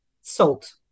salt